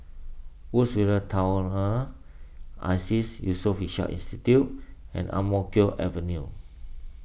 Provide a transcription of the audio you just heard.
Woodsville Tunnel Iseas Yusof Ishak Institute and Ang Mo Kio Avenue